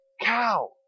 cow